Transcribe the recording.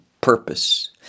purpose